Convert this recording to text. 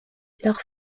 leurs